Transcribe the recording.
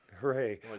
Hooray